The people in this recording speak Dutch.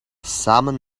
samen